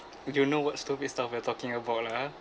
you know what stupid stuff we are talking about lah ah